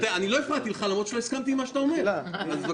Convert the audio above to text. אני לא הפרעתי לך למרות שלא הסכמתי עם מה שאתה אומר אז בבקשה.